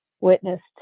witnessed